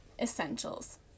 Essentials